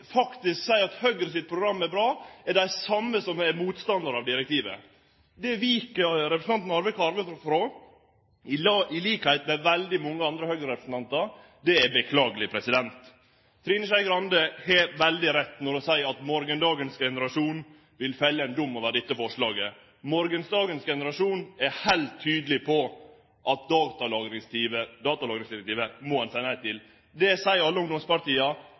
faktisk seier at Høgres program er bra, er dei same som er motstandarar av direktivet. Det vik representanten Arve Kambe frå, på same måten som veldig mange andre Høgre-representantar. Det er beklageleg. Trine Skei Grande har veldig rett når ho seier at morgondagens generasjon vil felle ein dom over dette forslaget. Morgondagens generasjon er heilt tydeleg på at datalagringsdirektivet må ein seie nei til. Det seier alle ungdomspartia,